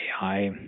AI